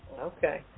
Okay